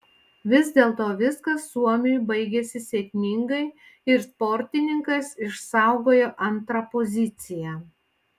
vis dėlto viskas suomiui baigėsi sėkmingai ir sportininkas išsaugojo antrą poziciją